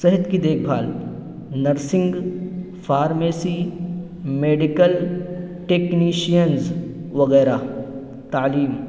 صحت کی دیکھ بھال نرسنگ فارمیسی میڈیکل ٹیکنشینز وغیرہ تعلیم